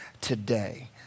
today